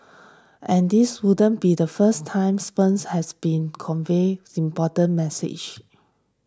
and this wouldn't be the first time sperms has been convey important message